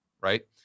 right